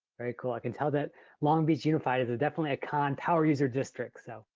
very cool. i can tell that long beach unified is a definitely a khan power user district so.